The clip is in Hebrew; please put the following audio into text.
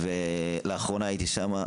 לאחרונה הייתי שם,